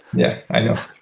yeah, i know.